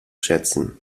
schätzen